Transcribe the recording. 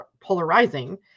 polarizing